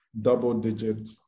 double-digit